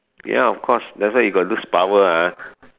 ya of course that's why you got those power ah